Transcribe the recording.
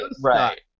right